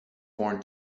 born